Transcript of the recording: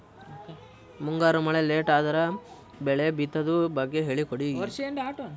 ಮುಂಗಾರು ಮಳೆ ಲೇಟ್ ಅದರ ಬೆಳೆ ಬಿತದು ಬಗ್ಗೆ ಹೇಳಿ ಕೊಡಿ?